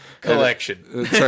Collection